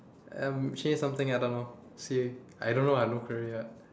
um is actually something I don't know I don't know see I don't ah no career ah